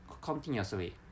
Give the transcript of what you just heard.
continuously